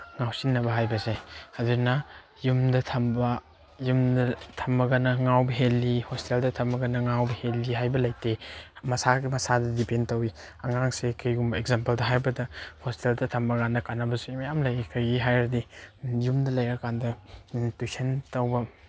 ꯉꯥꯎꯁꯤꯟꯅꯕ ꯍꯥꯏꯕꯁꯦ ꯑꯗꯨꯅ ꯌꯨꯝꯗ ꯊꯝꯕ ꯌꯨꯝꯗ ꯊꯝꯃꯒꯅ ꯉꯥꯎꯕ ꯍꯦꯜꯂꯤ ꯍꯣꯁꯇꯦꯜꯗ ꯊꯝꯃꯒꯅ ꯉꯥꯎꯕ ꯍꯦꯜꯂꯤ ꯍꯥꯏꯕ ꯂꯩꯇꯦ ꯃꯁꯥ ꯃꯁꯥꯗ ꯗꯤꯄꯦꯟ ꯇꯧꯋꯤ ꯑꯉꯥꯡꯁꯦ ꯀꯩꯒꯨꯝꯕ ꯑꯦꯛꯖꯥꯝꯄꯜꯗ ꯍꯥꯏꯕꯗ ꯍꯣꯁꯇꯦꯜꯗ ꯊꯝꯕꯀꯥꯟꯗ ꯀꯥꯟꯅꯕꯁꯨ ꯃꯌꯥꯝ ꯂꯩꯌꯦ ꯀꯩꯒꯤ ꯍꯥꯏꯔꯗꯤ ꯌꯨꯝꯗ ꯂꯩꯔꯀꯥꯟꯗ ꯇ꯭ꯌꯨꯁꯟ ꯇꯧꯕ